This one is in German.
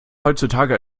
heutzutage